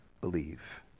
believe